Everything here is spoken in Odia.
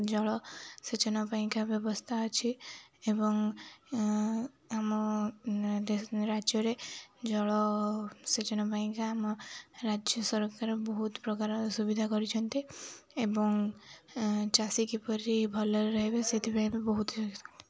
ଜଳସେଚନ ପାଇଁକା ବ୍ୟବସ୍ଥା ଅଛି ଏବଂ ଆମ ରାଜ୍ୟରେ ଜଳସେଚନ ପାଇଁକା ଆମ ରାଜ୍ୟ ସରକାର ବହୁତ ପ୍ରକାର ସୁବିଧା କରିଛନ୍ତି ଏବଂ ଚାଷୀ କିପରି ଭଲରେ ରହିବେ ସେଥିପାଇଁ ବି ବହୁତ